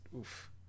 oof